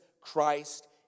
Christ